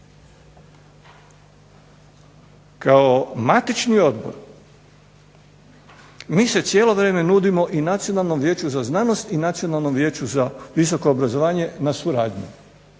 Kao matični odbor mi se cijelo vrijeme nudimo i Nacionalnom vijeću za znanost i Nacionalnom vijeću za visoko obrazovanje na suradnju